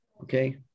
okay